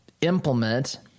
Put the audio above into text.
implement